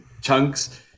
chunks